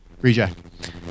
reject